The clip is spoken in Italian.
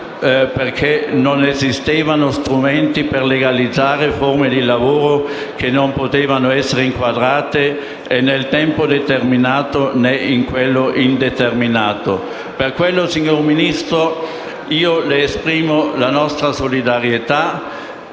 perché non esistevano strumenti per legalizzare forme di lavoro che non potevano essere inquadrate né nel tempo determinato né in quello indeterminato. Per queste ragioni, signor Ministro, le esprimo la nostra solidarietà.